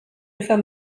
izan